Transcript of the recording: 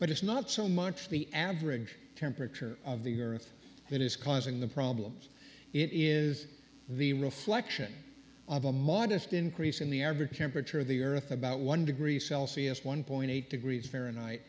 but it's not so much the average temperature of the earth that is causing the problems it is the reflection of a modest increase in the average temperature of the earth about one degree celsius one point eight degrees